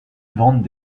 vendent